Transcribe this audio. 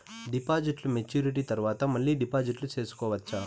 డిపాజిట్లు మెచ్యూరిటీ తర్వాత మళ్ళీ డిపాజిట్లు సేసుకోవచ్చా?